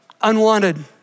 unwanted